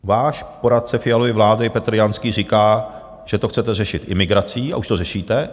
Váš poradce Fialovy vlády Petr Janský říká, že to chcete řešit imigrací, a už to řešíte.